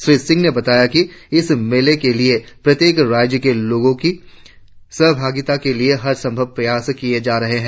श्री सिंह ने बताया कि इस मेले के लिए प्रत्येक राज्य के लोगों की सहभागिता के लिए हर संभव प्रयास किए जा रहे है